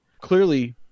clearly